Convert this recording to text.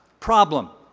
problem.